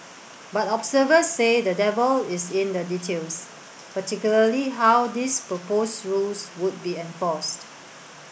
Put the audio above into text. but observers say the devil is in the details particularly how these proposed rules would be enforced